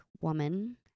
woman